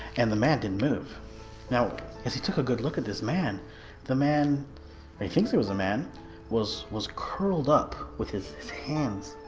and the man didn't move now as he took a good look at this man the man he thinks there was a man was was curled up with his hands